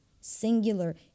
singular